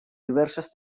diverses